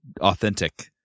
authentic